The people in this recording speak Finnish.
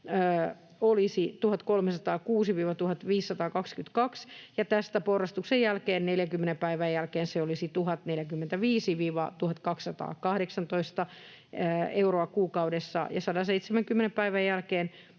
olisi 1 306—1 522 euroa, ja tästä porrastuksen jälkeen, 40 päivän jälkeen, se olisi 1 045—1 218 euroa kuukaudessa, ja 170 päivän jälkeen